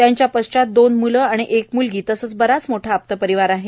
त्यांच्या पश्चात दोन मुले आणि एक मुलगी तसंच बऱ्याच मोठा आप्तपरिवार आहे